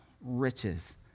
riches